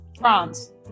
France